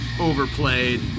overplayed